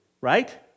Right